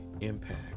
impact